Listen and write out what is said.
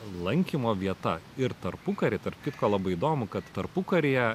lankymo vieta ir tarpukary tarp kitko labai įdomu kad tarpukaryje